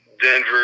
Denver